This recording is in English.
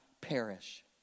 perish